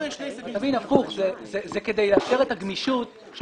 זה כדי לאפשר את הגמישות,